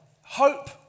hope